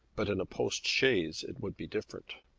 but in a postchaise it would be different.